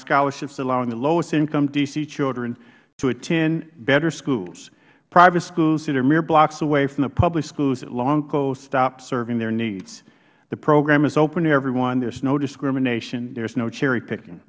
scholarships along the lowest income d c children to attend better schools private schools that are mere blocks away from the public schools that long ago stopped serving their needs the program is open to everyone there is no discrimination there is no cherry picking